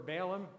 Balaam